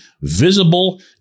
visible